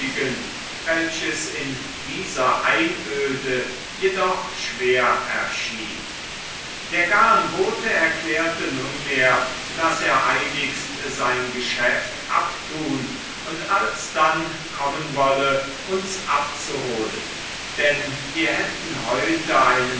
welches in dieser einöde jedoch schwer erschien der garnbote erklärte nunmehr daß er eiligst sein geschäft abtun und alsdann kommen wolle uns abzuholen denn wir hätten heute einen